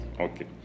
Okay